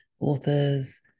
authors